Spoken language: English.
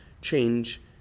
change